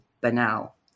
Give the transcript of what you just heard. banal